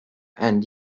and